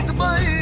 bye